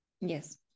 Yes